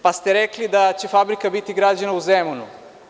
Pa ste rekli da će fabrika biti građena u Zemunu.